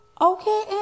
Okay